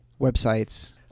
websites